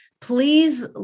Please